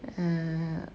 mm